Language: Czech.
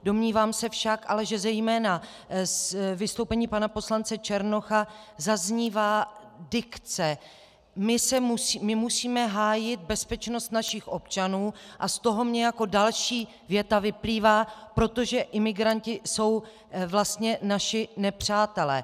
Domnívám se však, že zejména ve vystoupení pana poslance Černocha zaznívá dikce: my musíme hájit bezpečnost našich občanů, a z toho mi jako další věta vyplývá: protože imigranti jsou vlastně naši nepřátelé.